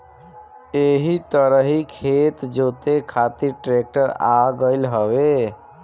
एही तरही खेत जोते खातिर ट्रेक्टर आ गईल हवे